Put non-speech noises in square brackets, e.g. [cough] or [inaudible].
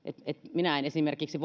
minä en esimerkiksi [unintelligible]